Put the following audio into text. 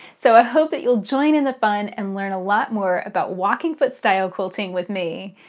so ah hope that you'll join in the fun and learn a lot more about walking foot style quilting with me.